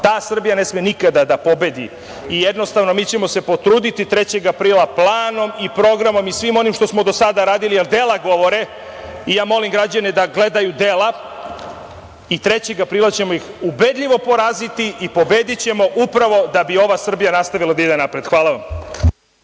ta Srbija ne sme nikada da pobedi. Jednostavno, mi ćemo se potruditi 3. aprila planom i programom i svim onim što smo do sada radili, jer dela govore i ja molim građane da gledaju dela, i 3. aprila ćemo ih ubedljivo poraziti i pobedićemo upravo da bi ova Srbija nastavila da ide napred. Hvala vam.